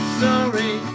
sorry